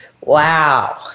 Wow